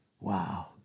Wow